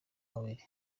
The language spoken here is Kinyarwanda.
mubiri